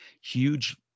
huge